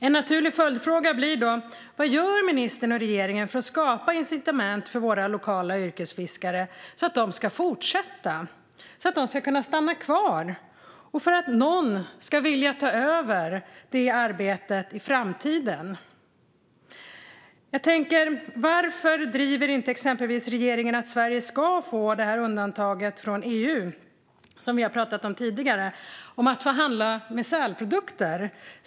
En naturlig följdfråga blir då: Vad gör ministern och regeringen för att skapa incitament för våra lokala yrkesfiskare så att de fortsätter och kan stanna kvar och för att någon ska vilja ta över detta arbete i framtiden? Varför driver regeringen exempelvis inte att Sverige ska få det undantag från EU som vi har pratat om tidigare när det gäller att få handla med sälprodukter?